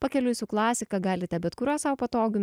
pakeliui su klasika galite bet kuriuo sau patogiu